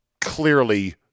clearly